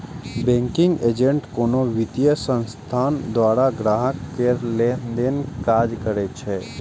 banking agent कोनो वित्तीय संस्थान द्वारा ग्राहक केर लेनदेन के काज करै छै